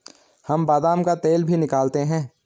हम बादाम का तेल भी निकालते हैं